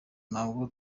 ntabwo